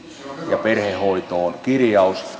ja perhehoitoon kirjaus